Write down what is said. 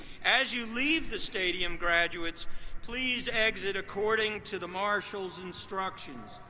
as you leave the stadium, graduates please exit according to the marshal's instructions.